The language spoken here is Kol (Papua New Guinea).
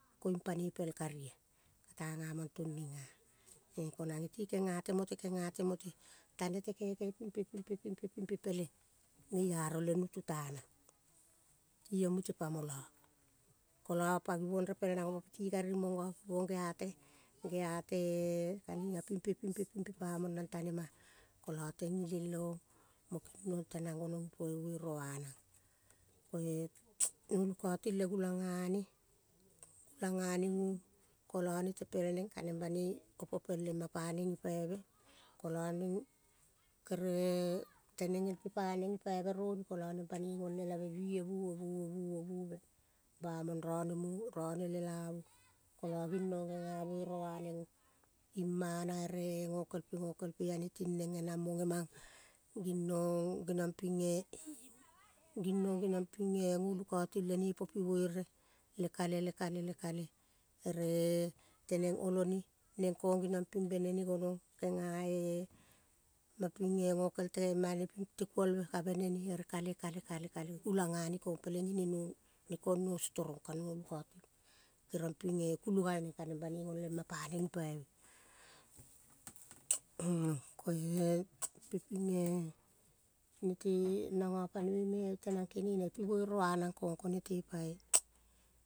Koing panoi pel kari ah. Kata kamong tuong neng ah, konang ge ti genga temote, temote, tane te kaikai ping pe ping pe, pingpe pingpe pelong geiaro le nutu tanang, tiong mute pa mo lo, kolo pa givong repel nang opo piti kari mong go gea te-e kaniga ping pe ping pe pamong nang tanemah, kolo tengileng le ong mo king nong tenang gonong ipo ibuere uanang. Koe golu kauting le gulang gane, gulang gane guong, kolo nete pel neng kaneng banoi opo pel mapa neng gipaive kolo neng kere eh tenang el pe paneng gipaive roni kolo neng banoi gol elave bive buove buove bamong rone lelavu kolo ging nong genga buere waneng imana ere gokel pe gokel pe ane ting neng genang mo gemang ging nong geniong ping eh, gingnong geniong ping eh, golukau ting lene po pi buere lekale lekale, lekale ere teneng olone nengong geniong ping benene, kenga eh, maping eh gokel tema ping tekuol ve ka benene ere kale, kale, kale, kale, gulang gane kong pelenging neno ne kong no storong, kano lukauting leneng kerong ping eh, kulo gal neng kaneng panoi gol ema paneng gipaive koe pe ping eh, nete nango panoi me tenang kenene buere wanang kong, nete pai.